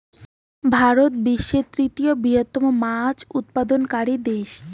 ভারত বিশ্বের তৃতীয় বৃহত্তম মাছ উৎপাদনকারী দেশ